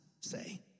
say